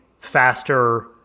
faster